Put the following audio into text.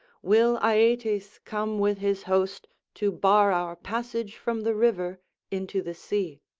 will aeetes come with his host to bar our passage from the river into the sea.